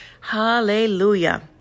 Hallelujah